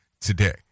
today